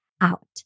out